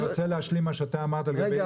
אני רוצה להשלים את מה שאתה אמרת לגבי נכים,